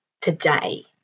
today